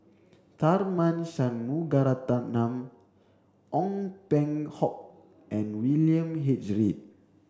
Tharman Shanmugaratnam Ong Peng Hock and William H Read